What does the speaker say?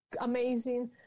amazing